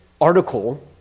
article